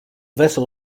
vessel